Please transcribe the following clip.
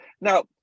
now